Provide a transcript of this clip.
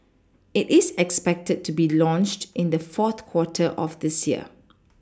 it is expected to be launched in the fourth quarter of this year